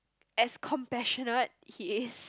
as compassionate he is